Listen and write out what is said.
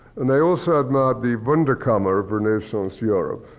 and they also admired the wunderkammer of renaissance europe,